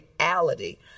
reality